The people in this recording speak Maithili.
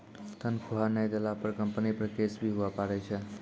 तनख्वाह नय देला पर कम्पनी पर केस भी हुआ पारै छै